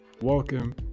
Welcome